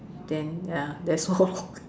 then ya that's all lor